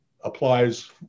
applies